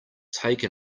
take